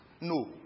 No